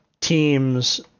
teams